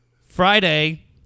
Friday